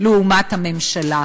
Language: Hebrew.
לעומת הממשלה?